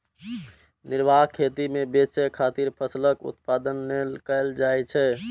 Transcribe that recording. निर्वाह खेती मे बेचय खातिर फसलक उत्पादन नै कैल जाइ छै